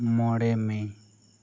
ᱢᱚᱬᱮ ᱢᱮ